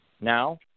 now